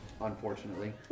Unfortunately